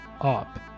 UP